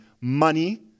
money